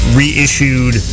reissued